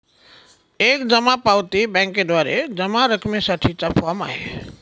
एक जमा पावती बँकेद्वारे जमा रकमेसाठी चा फॉर्म आहे